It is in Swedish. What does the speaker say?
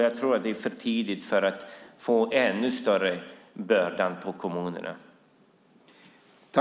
Jag tror att det är för tidigt för en ännu större börda på kommunerna.